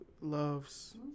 loves